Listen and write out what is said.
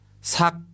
sak